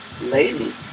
lady